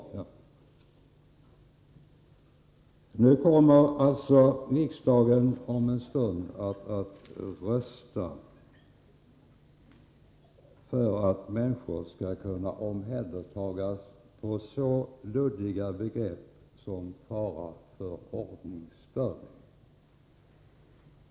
Nu kommer alltså riksdagen om en stund att rösta för att människor skall kunna omhändertas med hänvisning till ett så luddigt begrepp som fara för ordningsstörning.